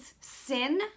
sin